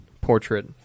portrait